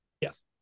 yes